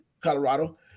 Colorado